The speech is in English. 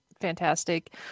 fantastic